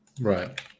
Right